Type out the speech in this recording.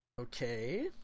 Okay